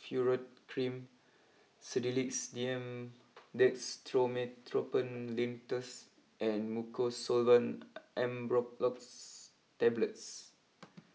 Furoate cream Sedilix D M Dextromethorphan Linctus and Mucosolvan Ambroxol Tablets